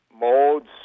Modes